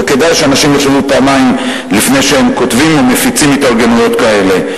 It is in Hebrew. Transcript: וכדאי שאנשים יחשבו פעמיים לפני שהם כותבים או מפיצים התארגנויות כאלה.